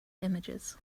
images